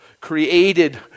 created